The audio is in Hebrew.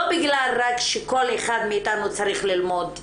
לא רק בגלל שכל אחד מאיתנו צריך ללמוד מעצמו,